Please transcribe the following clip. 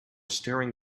staring